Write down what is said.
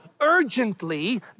urgently